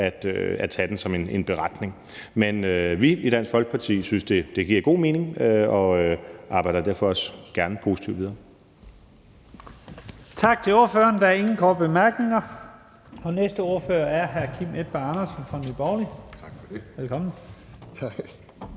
at tage den som en beretning. Men vi i Dansk Folkeparti synes, det giver god mening og arbejder derfor også gerne positivt videre.